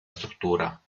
struttura